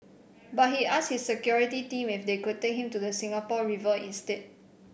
but he asked his security team if they could take him to the Singapore River instead